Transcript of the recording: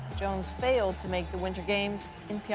jones failed to make the winter games in